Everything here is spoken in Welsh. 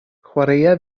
chwaraea